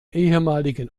ehemaligen